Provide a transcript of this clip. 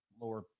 lower